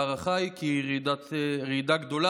ההערכה היא כי רעידה גדולה